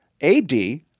AD